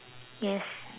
yes